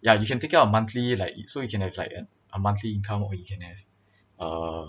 yeah you can take out a monthly like so you can have like an a monthly income or you can have uh